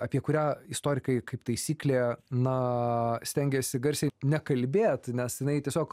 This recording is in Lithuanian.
apie kurią istorikai kaip taisyklė na stengiasi garsiai nekalbėt nes jinai tiesiog